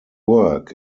work